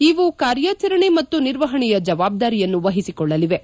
ಇವು ಕಾರ್ಯಾಚರಣೆ ಮತ್ತು ನಿರ್ವಹಣೆಯ ಜವಾಬ್ದಾರಿಯನ್ನು ವಹಿಸಿಕೊಳ್ಳಲಿವೆ